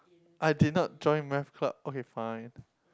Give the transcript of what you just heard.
I did not join math club okay fine